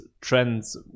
trends